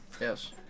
Yes